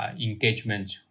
Engagement